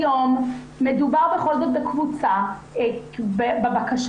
כיום יש באמת את הקבוצה בבקשה.